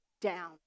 down